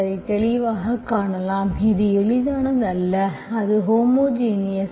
அதை தெளிவாகக் காணலாம் அது எளிதானது அல்ல அது ஹோமோஜினியஸ்